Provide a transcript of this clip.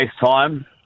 FaceTime